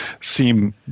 seem